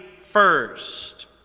first